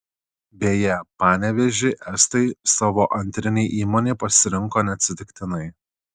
beje panevėžį estai savo antrinei įmonei pasirinko neatsitiktinai